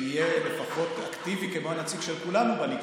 יהיה לפחות אקטיבי כמו הנציג של כולנו בליכוד.